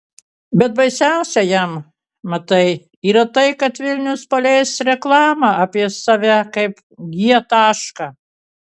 bet baisiausia jam matai yra tai kad vilnius paleis reklamą apie save kaip g tašką